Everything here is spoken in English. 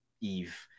Eve